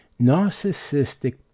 Narcissistic